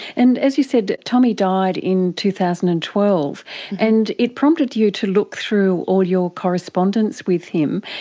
and as you said, tommy died in two thousand and twelve and it prompted you to look through all your correspondence with him.